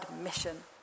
mission